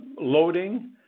loading